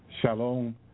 Shalom